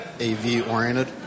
AV-oriented